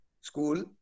school